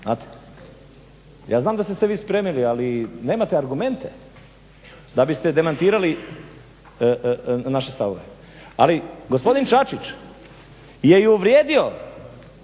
Ja znam da ste se vi spremili ali nemate argumente da biste demantirali naše stavove. Ali, gospodin Čačić je i uvrijedio